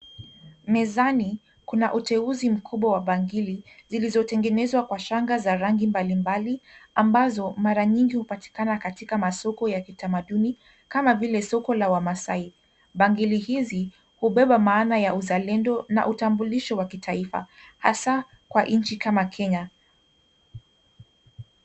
Mezani, kuna uteuzi mkubwa wa bangili, zilizotengenezwa kwa shanga za rangi mbalimbali, ambazo mara nyingi hupatikana katika masoko ya kitamaduni, kama vile soko la wamaasai. Bangili hizi, hubeba maana ya uzalendo na utambulisho wa kitaifa, hasaa kwa nchi kama Kenya.